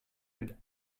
mit